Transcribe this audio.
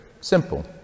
simple